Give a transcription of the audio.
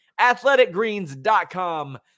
athleticgreens.com